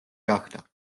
გახდა